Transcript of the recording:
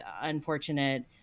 unfortunate